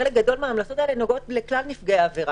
חלק גדול מההמלצות האלה נוגעות לכלל נפגעי עבירה,